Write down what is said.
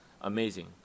amazing